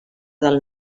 del